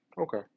Okay